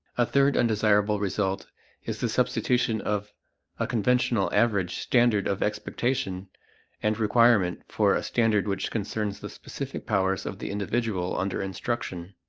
a third undesirable result is the substitution of a conventional average standard of expectation and requirement for a standard which concerns the specific powers of the individual under instruction.